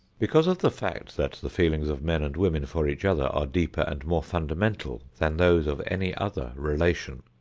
because of the fact that the feelings of men and women for each other are deeper and more fundamental than those of any other relation,